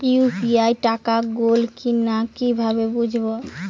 UPI টাকা গোল কিনা কিভাবে বুঝব?